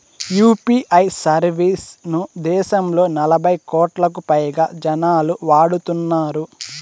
UPI service ను దేశంలో నలభై కోట్లకు పైగా జనాలు వాడుతున్నారు